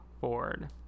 Ford